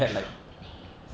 throw out the names